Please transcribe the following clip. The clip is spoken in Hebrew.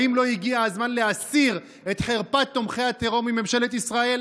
האם לא הגיע הזמן להסיר את חרפת תומכי הטרור מממשלת ישראל?